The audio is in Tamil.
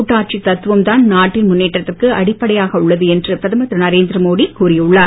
கூட்டாட்சி தத்துவம் தான் நாட்டின் முன்னேற்றத்துக்கு அடிப்படையாக உள்ளது என்று பிரதமர் திரு நரேந்திர மோடி கூறியுள்ளார்